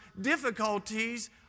difficulties